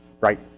right